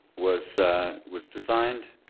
was was designed